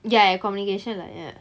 ya ya communication like ya